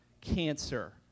cancer